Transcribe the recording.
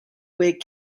whig